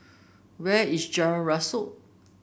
where is Jalan Rasok